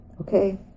Okay